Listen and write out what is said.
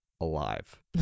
alive